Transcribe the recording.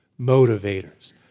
motivators